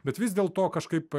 bet vis dėlto kažkaip